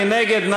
מי נגד?